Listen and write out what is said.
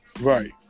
Right